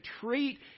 treat